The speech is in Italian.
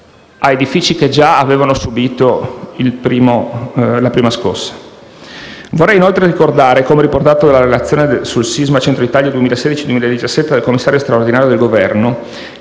a edifici che già avevano subito la prima scossa. Vorrei inoltre ricordare, come riportato dalla relazione sul sisma del Centro Italia 2016-2017 del Commissario straordinario del Governo,